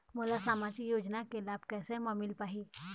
मोला सामाजिक योजना के लाभ कैसे म मिल पाही?